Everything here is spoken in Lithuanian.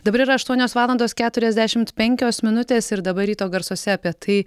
dabar yra aštuonios valandos keturiasdešimt penkios minutės ir dabar ryto garsuose apie tai